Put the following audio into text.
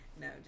No